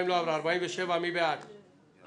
הצבעה בעד, 4